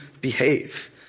behave